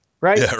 Right